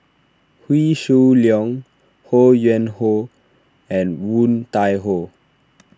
Wee Shoo Leong Ho Yuen Hoe and Woon Tai Ho